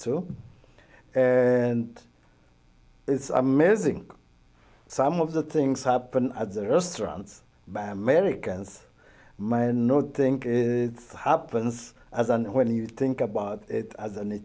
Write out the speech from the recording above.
through and it's amazing some of the things happen at the restaurants by americans mind not think it happens as and when you think about it as an